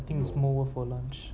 I think it's more worth for lunch